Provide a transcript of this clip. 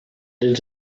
did